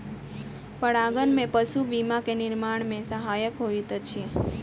परागन में पशु बीया के निर्माण में सहायक होइत अछि